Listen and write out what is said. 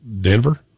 Denver